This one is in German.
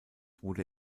wurde